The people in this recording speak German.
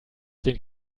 den